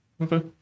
Okay